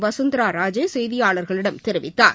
வசுந்தராராஜே செய்தியாளர்களிடம் தெரிவித்தார்